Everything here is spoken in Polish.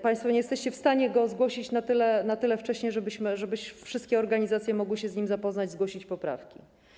Państwo nie jesteście w stanie go zgłosić na tyle wcześniej, żeby wszystkie organizacje mogły się z nim zapoznać, zgłosić poprawki.